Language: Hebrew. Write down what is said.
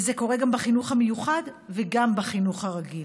וזה קורה גם בחינוך המיוחד וגם בחינוך הרגיל.